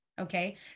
Okay